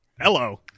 Hello